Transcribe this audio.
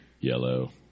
yellow